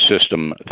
system